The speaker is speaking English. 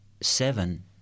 seven